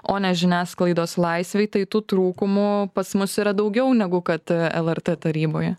o ne žiniasklaidos laisvei tai tų trūkumų pas mus yra daugiau negu kad lrt taryboje